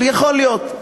יכול להיות.